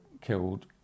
killed